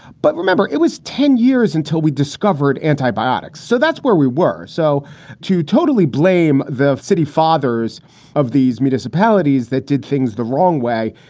but remember, it was ten years until we discovered antibiotics. so that's where we were. so to totally blame the city fathers of these municipalities that did things the wrong way.